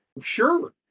Sure